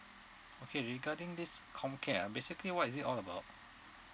okay regarding this comcare ah basically what is it all about